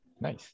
Nice